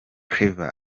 claver